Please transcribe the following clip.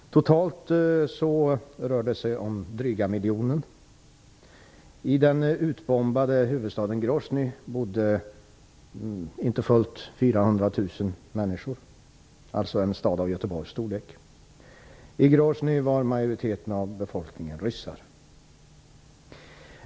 Totalt rör det sig om en dryg miljon människor. I den utbombade huvudstaden Grosnyj bodde inte fullt 400 000 människor, dvs. en stad av Göteborgs storlek. I Grosnyj var majoriteten av befolkningen ryssar.